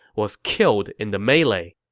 was killed in the melee.